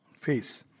face